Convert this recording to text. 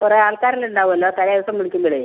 കുറെ ആൾക്കാരെല്ലാം ഉണ്ടാകുമല്ലോ തലേദിവസം വിളിക്കുമ്പോഴെ